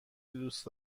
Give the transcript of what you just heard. دوست